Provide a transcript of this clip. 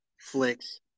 flicks